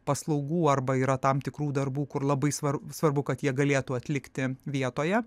paslaugų arba yra tam tikrų darbų kur labai svar svarbu kad jie galėtų atlikti vietoje